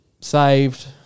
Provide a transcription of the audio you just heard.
saved